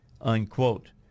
unquote